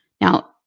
Now